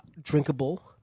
drinkable